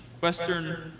Western